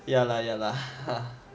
ya lah ya lah